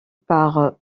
par